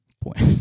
Point